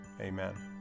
amen